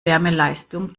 wärmeleistung